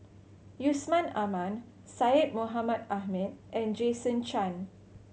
Yusman Aman Syed Mohamed Ahmed and Jason Chan